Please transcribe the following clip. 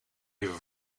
even